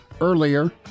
earlier